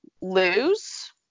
lose